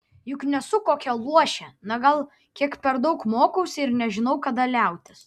juk nesu kokia luošė na gal kiek per daug mokausi ir nežinau kada liautis